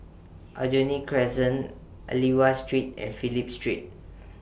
Aljunied Crescent Aliwal Street and Phillip Street